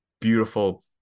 beautiful